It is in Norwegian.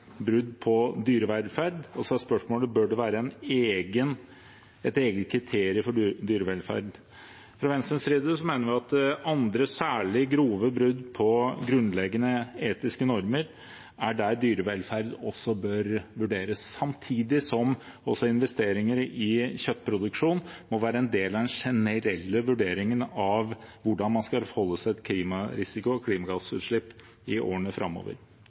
brudd på dyrevelferd. Så er spørsmålet: Bør det være et eget kriterium for dyrevelferd? Fra Venstres side mener vi det er i forbindelse med andre, særlig grove brudd på grunnleggende etiske normer at dyrevelferd bør vurderes, samtidig som også investeringer i kjøttproduksjon må være en del av den generelle vurderingen av hvordan man skal forholde seg til klimarisiko og klimagassutslipp i årene framover.